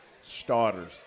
starters